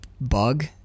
bug